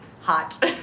hot